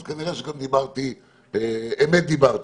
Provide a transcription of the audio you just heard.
אז כנראה שאמת דיברתי.